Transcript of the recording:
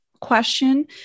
question